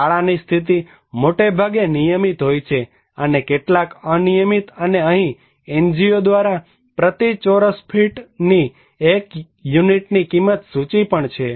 શાળાની સ્થિતિ મોટેભાગે નિયમિત હોય છે અને કેટલાક અનિયમિત અને અહીં NGO દ્વારા પ્રતિ ચોરસ ફીટની એક યુનિટની કિંમત ની સૂચિ પણ છે